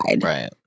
Right